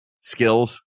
skills